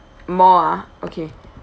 more ah okay